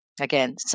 again